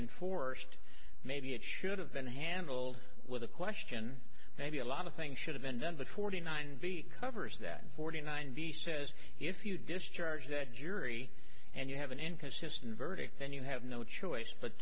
enforced maybe it should have been handled with a question maybe a lot of things should have been done but forty nine ve covers that forty nine b says if you discharge that jury and you have an inconsistent verdict then you have no choice but